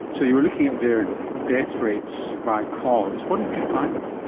so you were looking at their death rates by cause. what did you find?